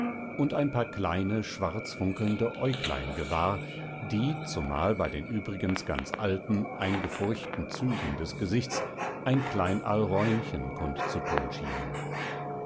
und ein paar kleine schwarz funkelnde äuglein gewahr die zumal bei den übrigens ganz alten eingefurchten zügen des gesichts ein klein alräunchen kundzutun schienen